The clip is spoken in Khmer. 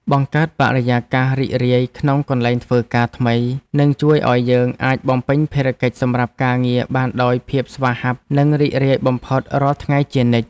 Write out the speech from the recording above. បង្កើតបរិយាកាសរីករាយក្នុងកន្លែងធ្វើការថ្មីនឹងជួយឱ្យយើងអាចបំពេញភារកិច្ចសម្រាប់ការងារបានដោយភាពស្វាហាប់និងរីករាយបំផុតរាល់ថ្ងៃជានិច្ច។